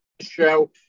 show